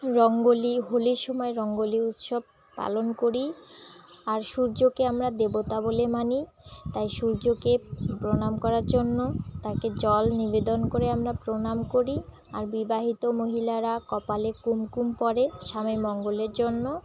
রঙ্গোলি হোলির সময় রঙ্গোলি উৎসব পালন করি আর সূর্যকে আমরা দেবতা বলে মানি তাই সূর্যকে প্রণাম করার জন্য তাকে জল নিবেদন করে আমরা প্রণাম করি আর বিবাহিত মহিলারা কপালে কুমকুম পরে স্বামী মঙ্গলের জন্য